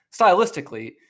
stylistically